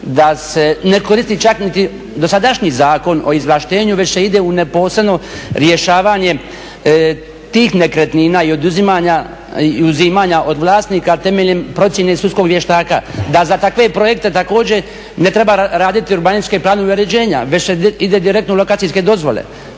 da se ne koristi čak ni dosadašnji Zakon o izvlaštenju već se ide u neposredno rješavanje tih nekretnina i oduzimanja i uzimanja od vlasnika temeljem procjene sudskog vještaka. Da za takve projekte također ne treba raditi urbaničke planove uređenja, već se ide direktno u … dozvole.